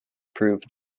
proved